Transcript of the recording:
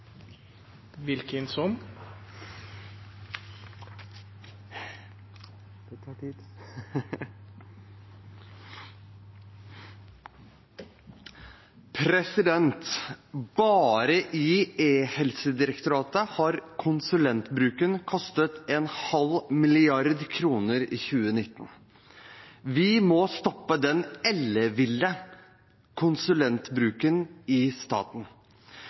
Bare i e-helsedirektoratet har konsulentbruken kostet en halv milliard kroner i 2019. Vi må stoppe den elleville konsulentbruken i staten.